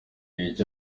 ibiki